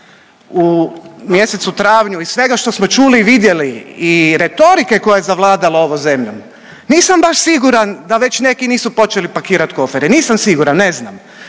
u mjesecu travnju i svega što smo čuli i vidjeli i retorike koja ja zavladala ovom zemljom nisam baš siguran da već neki nisu počeli pakirati kofere, nisam siguran, ne znam.